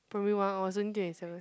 primary one I was only twenty seven